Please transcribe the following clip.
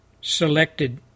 selected